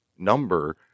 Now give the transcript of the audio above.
Number